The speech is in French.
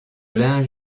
linge